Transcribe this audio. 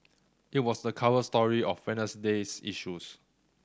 it was the cover story of Wednesday's issues